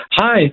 Hi